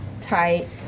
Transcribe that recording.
Tight